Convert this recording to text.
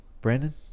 brandon